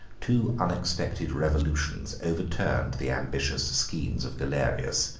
two unexpected revolutions overturned the ambitious schemes of galerius.